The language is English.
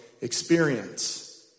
experience